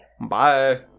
Bye